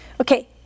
Okay